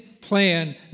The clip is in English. plan